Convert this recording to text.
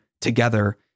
together